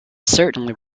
certainly